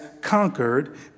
conquered